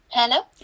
Hello